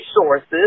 resources